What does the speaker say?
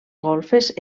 golfes